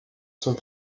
sont